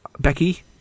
Becky